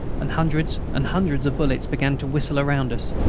and hundreds and hundreds of bullets began to whistle round us.